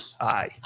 Aye